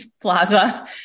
plaza